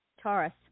Taurus